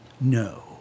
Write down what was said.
No